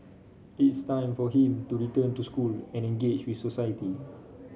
it's time for him to return to school and engage with society